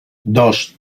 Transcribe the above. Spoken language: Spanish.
dos